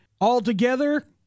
altogether